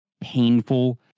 painful